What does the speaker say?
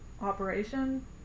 operation